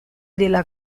della